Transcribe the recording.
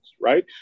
right